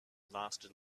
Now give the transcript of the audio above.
lasted